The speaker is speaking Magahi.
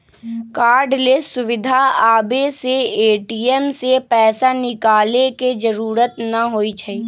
कार्डलेस सुविधा आबे से ए.टी.एम से पैसा निकाले के जरूरत न होई छई